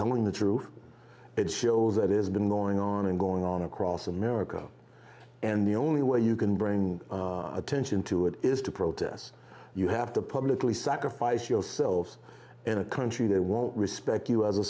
telling the truth it shows that is been gnawing on and going on across america and the only way you can bring attention to it is to protest you have to publicly sacrifice yourselves in a country that won't respect you